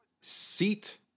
seat